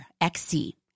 XC